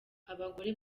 abagore